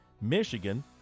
Michigan